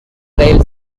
rail